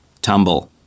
Tumble